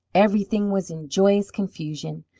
everything was in joyous confusion.